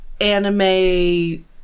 anime